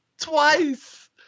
Twice